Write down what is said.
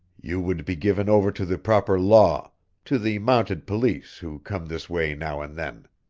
you would be given over to the proper law to the mounted police who come this way now and then.